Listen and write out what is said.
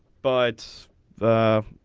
but it's the.